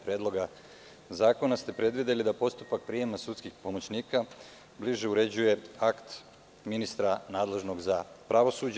Predloga zakona ste predvideli da postupak prijema sudskih pomoćnika bliže uređuje akt ministra nadležnog za pravosuđe.